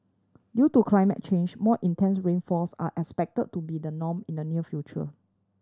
due to climate change more intense rainfalls are expected to be the norm in the near future